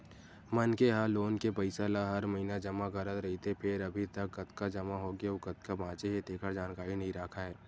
मनखे ह लोन के पइसा ल हर महिना जमा करत रहिथे फेर अभी तक कतका जमा होगे अउ कतका बाचे हे तेखर जानकारी नइ राखय